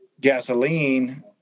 gasoline